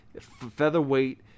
featherweight